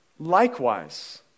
Likewise